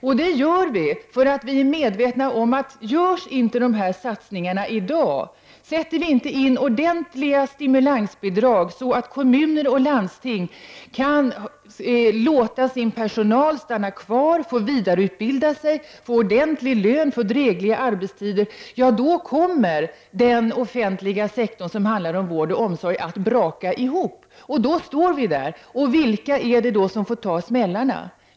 Och det gör vi därför att vi är medvetna om att om dessa satsningar inte görs i dag, dvs. om vi inte sätter in ordentliga stimulansbidrag så att kommuner och landsting kan få sin personal att stanna kvar och få vidareutbilda sig, få ordentlig lön och drägliga arbetstider, då kommer den offentliga sektorn, som handlar om vård och omsorg, att braka ihop. Och då står vi där. Och vilka får då ta smällarna?